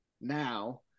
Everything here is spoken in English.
Now